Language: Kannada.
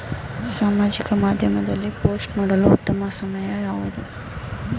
ಸಾಮಾಜಿಕ ಮಾಧ್ಯಮದಲ್ಲಿ ಪೋಸ್ಟ್ ಮಾಡಲು ಉತ್ತಮ ಸಮಯ ಯಾವುದು?